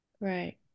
right